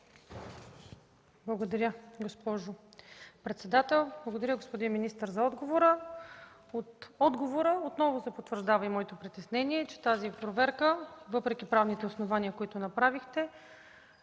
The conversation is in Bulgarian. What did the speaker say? Благодаря, госпожо председател. Благодаря, господин министър, за отговора. От него отново се потвърждава моето притеснение, въпреки правните основания, които направихте,